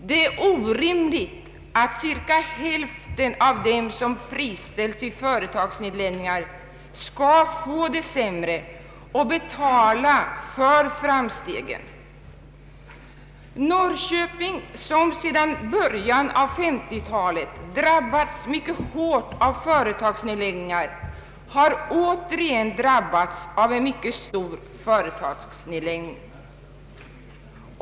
Det är orimligt att cirka hälften av dem som friställs vid företagsnedläggningar skall få det sämre och betala för framstegen. Norrköping, som sedan början av 1950-talet drabbats mycket hårt av företagsnedläggningar, har åter träffats av en mycket stor företagsnedläggning.